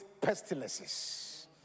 pestilences